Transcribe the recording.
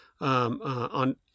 on